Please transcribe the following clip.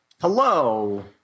hello